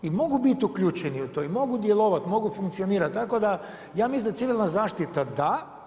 I mogu biti uključeni u to i mogu djelovati, mogu funkcionirati, tako da ja mislim da civilna zaštita da.